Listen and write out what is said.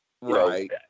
Right